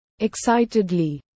Excitedly